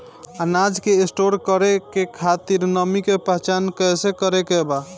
अनाज के स्टोर करके खातिर नमी के पहचान कैसे करेके बा?